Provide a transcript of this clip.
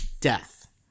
Death